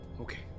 Okay